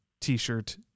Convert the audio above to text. t-shirt